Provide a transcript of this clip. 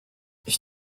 ich